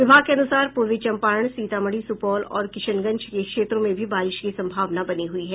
विभाग के अनुसार पूर्वी चम्पारण सीतामढ़ी सुपौल और किशनगंज के क्षेत्रों में भी बारिश की सम्भावना बनी हुई है